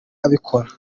abikora